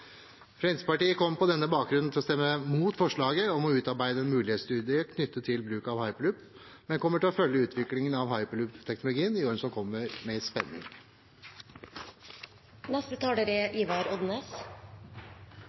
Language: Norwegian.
Fremskrittspartiet kommer på denne bakgrunn til å stemme mot forslaget om å utarbeide en mulighetsstudie knyttet til bruk av hyperloop, men kommer til å følge utviklingen av hyperloopteknologien i årene som kommer, med